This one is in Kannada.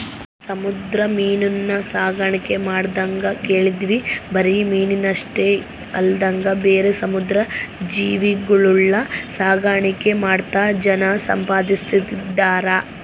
ಸಮುದ್ರ ಮೀನುನ್ನ ಸಾಕಣ್ಕೆ ಮಾಡದ್ನ ಕೇಳಿದ್ವಿ ಬರಿ ಮೀನಷ್ಟೆ ಅಲ್ದಂಗ ಬೇರೆ ಸಮುದ್ರ ಜೀವಿಗುಳ್ನ ಸಾಕಾಣಿಕೆ ಮಾಡ್ತಾ ಜನ ಸಂಪಾದಿಸ್ತದರ